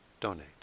donate